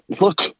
look